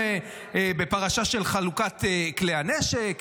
בפרשה של חלוקת כלי הנשק,